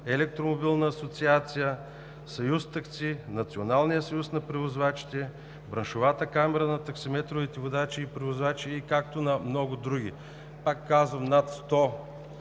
Електромобилна асоциация, Съюз „Такси“, Национален съюз на превозвачите, Браншовата камара на таксиметровите водачи и превозвачи, както и на много други. Пак казвам, над сто